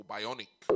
Bionic